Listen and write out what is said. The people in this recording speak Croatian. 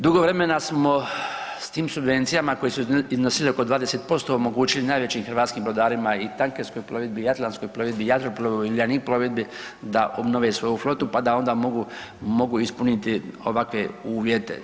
Dugo vremena smo s tim subvencijama koje su iznosile oko 20% omogućili najvećim hrvatskim brodarima i tankerskoj plovidbi i atlanskoj plovidbi i Jadroplovu i Uljanik plovidbi da obnove svoju flotu pa da onda mogu, mogu ispuniti ovakve uvjete.